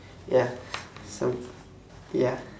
ya some ya